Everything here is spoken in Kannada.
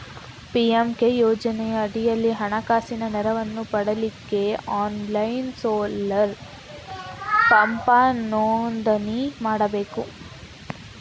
ಪಿ.ಎಂ.ಕೆ ಯೋಜನೆಯ ಅಡಿಯಲ್ಲಿ ಹಣಕಾಸಿನ ನೆರವನ್ನ ಪಡೀಲಿಕ್ಕೆ ಆನ್ಲೈನ್ ಸೋಲಾರ್ ಪಂಪ್ ನೋಂದಣಿ ಮಾಡ್ಬೇಕು